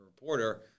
reporter